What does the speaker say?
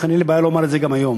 לכן אין לי בעיה לומר את זה גם היום,